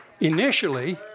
Initially